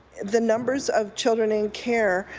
the numbers of children in care,